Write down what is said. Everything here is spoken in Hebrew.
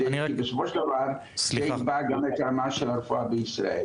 כי בסופו של דבר זה יקבע גם את הרמה של הרפואה בישראל.